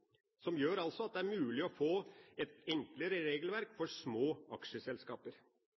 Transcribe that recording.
som gjør at det er mulig å få et enklere regelverk for små aksjeselskaper.